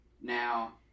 Now